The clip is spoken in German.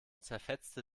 zerfetzte